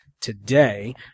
today